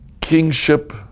Kingship